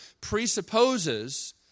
presupposes